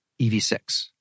EV6